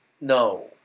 No